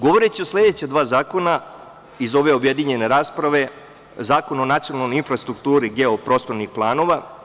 Govoreći o sledeća dva zakona iz ove objedinjene rasprave, Zakon o nacionalnoj infrastrukturi geoprostornih planova.